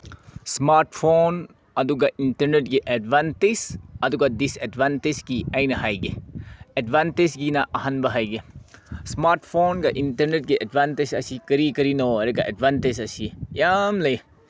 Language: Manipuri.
ꯏꯁꯃꯥꯔꯠ ꯐꯣꯟ ꯑꯗꯨꯒ ꯏꯟꯇꯔꯅꯦꯠꯀꯤ ꯑꯦꯠꯚꯥꯟꯇꯦꯖ ꯑꯗꯨꯒ ꯗꯤꯁꯑꯦꯠꯚꯥꯟꯇꯦꯁꯀꯤ ꯑꯩꯅ ꯍꯥꯏꯒꯦ ꯑꯦꯠꯚꯥꯟꯇꯦꯖꯒꯤꯅ ꯑꯍꯥꯟꯕ ꯍꯥꯏꯒꯦ ꯏꯁꯃꯥꯔꯠ ꯐꯣꯟꯒ ꯏꯟꯇꯔꯅꯦꯠꯀ ꯑꯦꯠꯚꯥꯟꯇꯦꯖ ꯑꯁꯤ ꯀꯔꯤ ꯀꯔꯤꯅꯣ ꯍꯥꯏꯔꯒ ꯑꯦꯠꯚꯥꯟꯇꯦꯖ ꯑꯁꯤ ꯌꯥꯝ ꯂꯩ